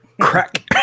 Crack